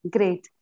Great